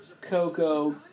Coco